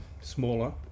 smaller